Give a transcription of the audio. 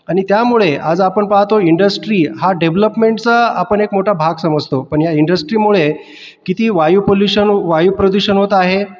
आणि त्यामुळे आज आपण पाहतोय इंडस्ट्री हा डेव्हलपमेंटचा आपण एक मोठा भाग समजतो पण या इंडस्ट्रीमुळे किती वायुपलुषण वायुप्रदूषण होत आहे